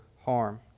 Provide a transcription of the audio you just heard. harm